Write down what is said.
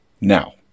Now